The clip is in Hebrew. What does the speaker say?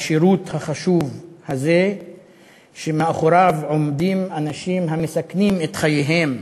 לשירות החשוב הזה שמאחוריו עומדים אנשים המסכנים את חייהם